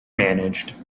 managed